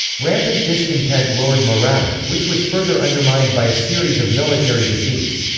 rampant discontent lowered morale, which was further undermined by a series of military defeats.